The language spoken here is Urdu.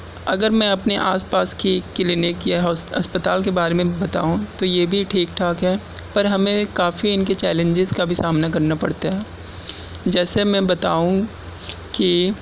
اگر میں اپنے آس پاس کی کلینک یا ہاس اسپتال کے بارے میں بتاؤں تو یہ بھی ٹھیک ٹھاک ہے پر ہمیں کافی ان کے چیلنجز کا بھی سامنا کرنا پڑتا ہے جیسے میں بتاؤں کہ